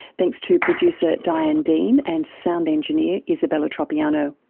thanks to producer diane dean and sound engineer isabella tropiano.